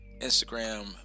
Instagram